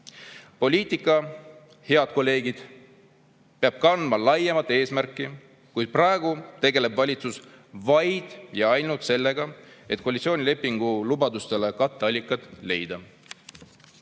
Poliitika, head kolleegid, peab kandma laiemat eesmärki, kuid praegu tegeleb valitsus vaid ja ainult sellega, et koalitsioonilepingu lubadustele katteallikad leida.